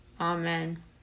Amen